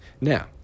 Now